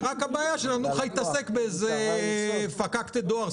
הבעיה היא רק שלא נוכל להתעסק באיזה פקקט דואר,